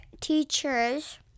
teachers